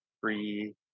free